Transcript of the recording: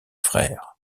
frères